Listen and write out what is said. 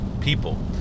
people